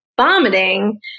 vomiting